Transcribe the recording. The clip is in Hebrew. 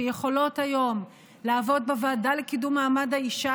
שיכולות היום לעבוד בוועדה לקידום מעמד האישה,